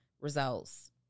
results